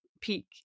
peak